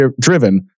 driven